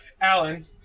Alan